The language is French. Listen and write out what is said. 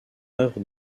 œuvre